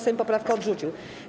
Sejm poprawkę odrzucił.